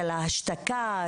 של ההשתקה,